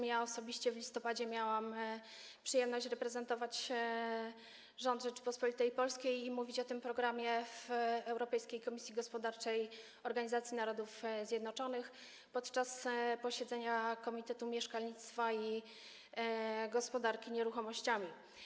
W listopadzie osobiście miałam przyjemność reprezentować rząd Rzeczypospolitej Polskiej i mówić o tym programie w Europejskiej Komisji Gospodarczej Organizacji Narodów Zjednoczonych podczas posiedzenia komitetu mieszkalnictwa i gospodarki nieruchomościami.